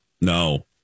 no